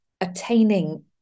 Attaining